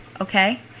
okay